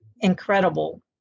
incredible